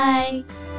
Bye